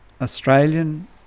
Australian